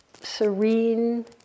serene